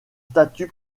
statut